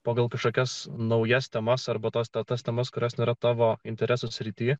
pagal kažkokias naujas temas arba tos tautos temos kurios nėra tavo interesų sritį